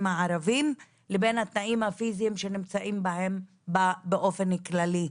הערבים לבין התנאים הפיזיים שנמצאים בהם באופן כללי.